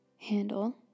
handle